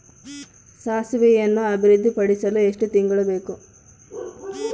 ಸಾಸಿವೆಯನ್ನು ಅಭಿವೃದ್ಧಿಪಡಿಸಲು ಎಷ್ಟು ತಿಂಗಳು ಬೇಕು?